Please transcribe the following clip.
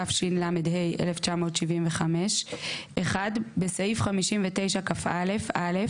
התשל"ה 1975 - (1) בסעיף 59כא - (א)